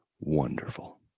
Wonderful